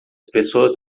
pessoas